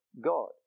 God